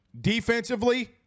Defensively